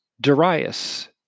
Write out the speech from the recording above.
Darius